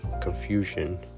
confusion